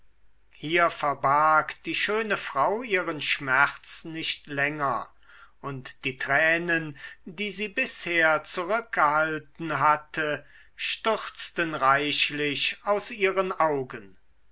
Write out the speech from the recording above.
hier verbarg die schöne frau ihren schmerz nicht länger und die tränen die sie bisher zurückgehalten hatte stürzten reichlich aus ihren augen